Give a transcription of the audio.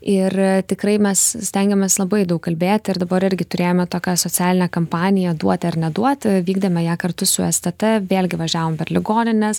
ir tikrai mes stengiamės labai daug kalbėti ir dabar irgi turėjome tokią socialinę kampaniją duoti ar neduoti vykdėme ją kartu su stt vėlgi važiavome per ligonines